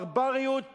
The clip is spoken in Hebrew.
ברבריות